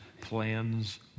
plans